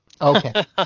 Okay